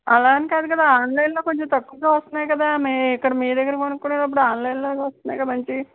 అలా అని కాదు కదా ఆన్లైన్ లో కొంచం తక్కువకే వస్తున్నాయి కదా ఇక్కడ మీ దగ్గర కొనుక్కునేటప్పుడు ఆన్లైన్ లో వస్తున్నాయి కదా మంచివి